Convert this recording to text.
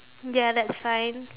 ya that's fine